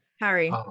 Harry